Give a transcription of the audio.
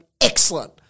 excellent